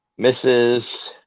Mrs